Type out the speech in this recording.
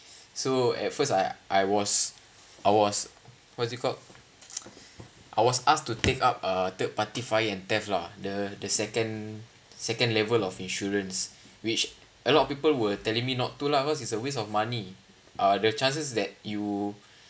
so at first I I was I was what is it called I was asked to take up a third party fire and theft lah the the second second level of insurance which a lot of people were telling me not to cause it is a waste of money uh the chances that you